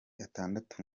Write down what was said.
atandatu